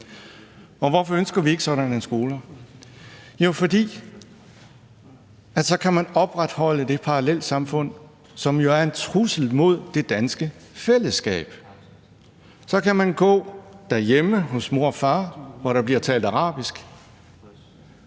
Og hvorfor ønsker vi ikke sådanne skoler? Det gør vi ikke, fordi man så kan opretholde det parallelsamfund, som jo er en trussel mod det danske fællesskab. Så kan barnet gå derhjemme hos mor og far, hvor der bliver talt arabisk,